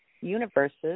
universes